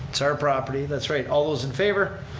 it's our property, that's right. all those in favor.